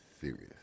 serious